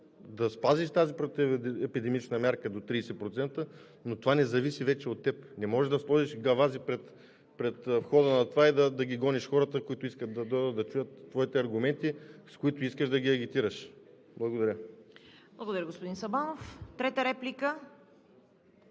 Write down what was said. да спазиш тази противоепидемична мярка до 30%, но това не зависи вече от теб – не можеш да сложиш гавази пред входа на това и да гониш хората, които искат да дойдат и чуят твоите аргументи, с които искаш да ги агитираш. Благодаря. ПРЕДСЕДАТЕЛ ЦВЕТА КАРАЯНЧЕВА: Благодаря, господин Сабанов. Трета реплика?